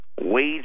Wage